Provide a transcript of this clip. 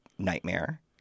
nightmare